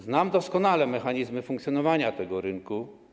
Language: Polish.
Znam doskonale mechanizmy funkcjonowania tego rynku.